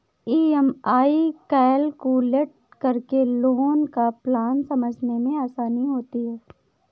EMI calculate करके loan का plan समझने में आसानी होती है